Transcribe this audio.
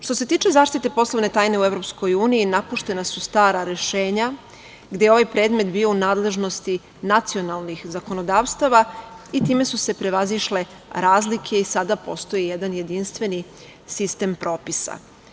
Što se tiče zaštite poslovne tajne u EU napuštena su stara rešenja, gde je ovaj predmet bio u nadležnosti nacionalnih zakonodavstava i time su se prevazišle razlike i sada postoji jedan jedinstveni sistem propisa.